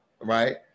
right